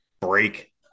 break